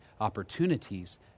opportunities